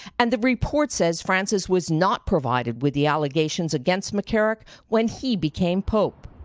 and the report says francis was not provided with the allegations against mccarrick when he became pope.